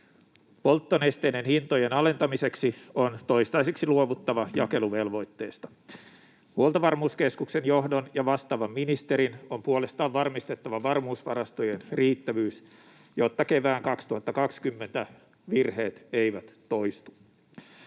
Polttonesteiden hintojen alentamiseksi on toistaiseksi luovuttava jakeluvelvoitteesta. Huoltovarmuuskeskuksen johdon ja vastaavan ministerin on puolestaan varmistettava varmuusvarastojen riittävyys, jotta kevään 2020 virheet eivät toistu.